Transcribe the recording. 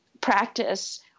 practice